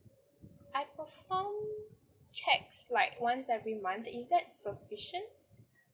I perform checks like once every month is that sufficient